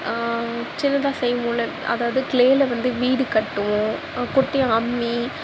சின்னதாக செய்வோம்ல அதாவது க்ளேயில் வந்து வீடு கட்டுவோம் குட்டி அம்மி